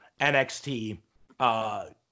NXT